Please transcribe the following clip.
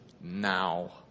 now